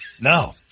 No